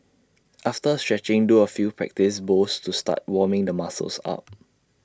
after stretching do A few practice bowls to start warming the muscles up